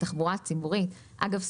אגב,